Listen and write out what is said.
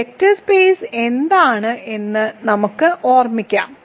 ഒരു vector space എന്താണ് എന്ന് നമുക്ക് ഓർമ്മിക്കാം